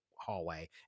hallway